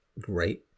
great